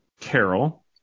Carol